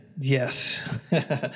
Yes